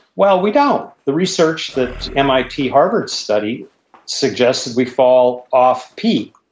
well, we don't. the research that mit harvard studied suggested we fall off peak,